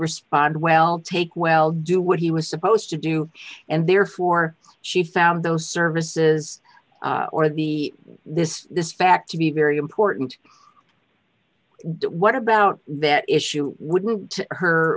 respond well take well do what he was supposed to do and therefore she found those services or the this this fact to be very important what about that issue it would look to her